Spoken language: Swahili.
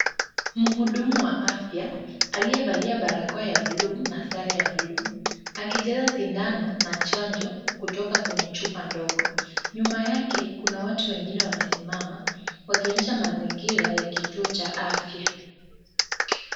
Mhudumu wa afya aliyevalia barakoa ya bluu na sare ya bluu akijaza sindano na chanjo kutoka kwenye chupa ndogo. Nyuma yake kuna watu wengine wamesimama wakionyesha mazingira ya kituo cha afya.